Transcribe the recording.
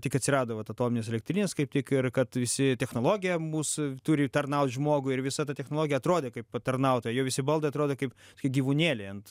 tik atsirado vat atominės elektrinės kaip tik ir kad visi technologija mus turi tarnaut žmogui ir visa ta technologija atrodė kaip patarnautoja jo visi baldai atrodo kaip gyvūnėliai ant